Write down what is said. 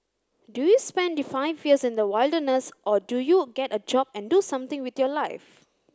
do you spend five years in the wilderness or do you get a job and do something with your life